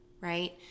right